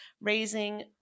raising